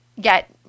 get